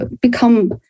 become